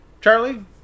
Charlie